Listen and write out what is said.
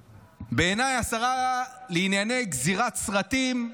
בעיניי, השרה לענייני גזירת סרטים,